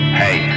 hey